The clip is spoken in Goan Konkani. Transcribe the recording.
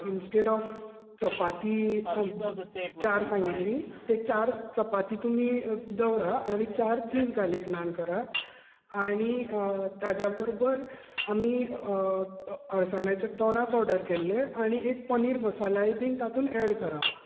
इंन्सस्टेड ऑफ चपाती चार सांगिल्ली चार चपाती तुमी दवरा आनी चार चीज गार्लीक नान करा आणी ताजे बरोबर आमी अळसाण्याचे तोंडाक ऑर्डर केल्ले आनी एक पनीर मसालाय बीन तातूंत ऍड करा